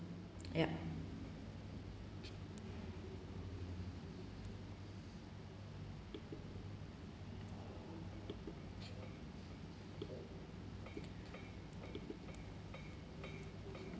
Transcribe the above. yup